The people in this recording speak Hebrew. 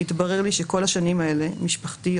התברר לי שכל השנים האלה משפחתי,